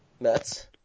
Mets